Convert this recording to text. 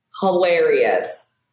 Hilarious